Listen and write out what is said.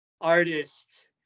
artist